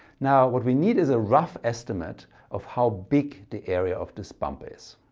now what we need is a rough estimate of how big the area of this bump is.